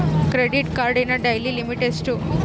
Credit ಕಾರ್ಡಿನ daily limit ಎಷ್ಟು?